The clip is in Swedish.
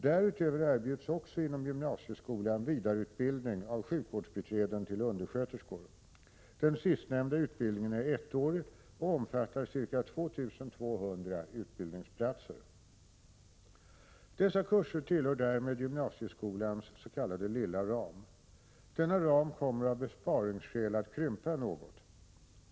Därutöver erbjuds också inom gymnasieskolan vidareutbildning av sjukvårdsbiträden till undersköterskor. Den sistnämnda utbildningen är ettårig och omfattar ca 2 200 utbildningsplatser. Dessa kurser tillhör därmed gymnasieskolans s.k. lilla ram. Denna ram kommer av besparingsskäl att krympa något.